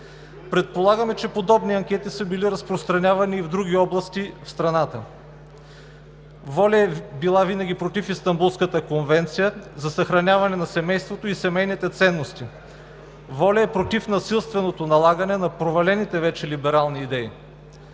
Предполагаме, че подобни анкети са били разпространявани и в други области в страната. ВОЛЯ е била винаги против Истанбулската конвенция, за съхраняване на семейството и семейните ценности. ВОЛЯ е против насилственото налагане на провалените вече либерални идеи.